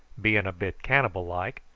being a bit cannibal like,